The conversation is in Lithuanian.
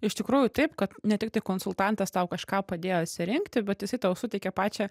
iš tikrųjų taip kad ne tiktai konsultantas tau kažką padėjo išsirinkti bet jisai tau suteikė pačią